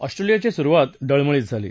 ऑस्ट्रेलियाची सुरुवात डळमळीत झाली